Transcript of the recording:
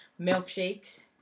Milkshakes